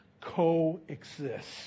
coexist